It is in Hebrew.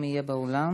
אם יהיה באולם.